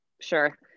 Sure